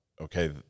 okay